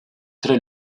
tre